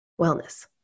wellness